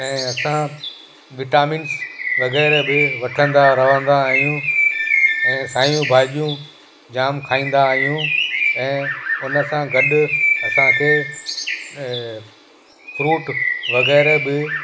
ऐं असां विटामिंस वग़ैरह बि वठंदा रहंदा आहियूं ऐं सायूं भाॼियूं जाम खाईंदा आहियूं ऐं उनसां गॾु असांखे फ़्रूट वग़ैरह बि